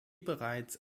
bereits